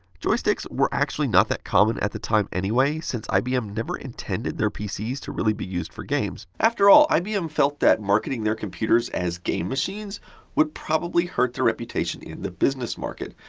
joysticks were actually not that common at the time anyway since ibm never intended their pcs to really be used for games. after all, ibm felt that marketing their computers as game machines would probably hurt their reputation in the business market.